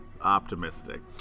optimistic